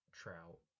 trout